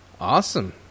Awesome